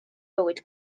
bywyd